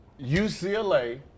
UCLA